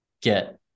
get